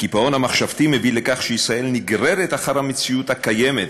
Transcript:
הקיפאון המחשבתי מביא לכך שישראל נגררת אחר המציאות הקיימת